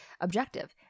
objective